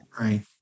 Right